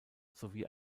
sowie